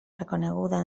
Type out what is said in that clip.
reconeguda